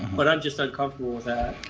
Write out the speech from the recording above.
but i'm just not comfortable with that.